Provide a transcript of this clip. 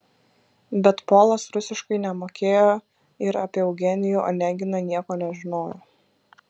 bet polas rusiškai nemokėjo ir apie eugenijų oneginą nieko nežinojo